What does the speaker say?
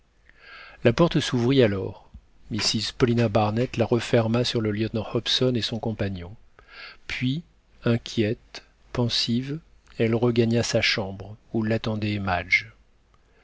la porte s'ouvrit alors mrs paulina barnett la referma sur le lieutenant hobson et son compagnon puis inquiète pensive elle regagna sa chambre où l'attendait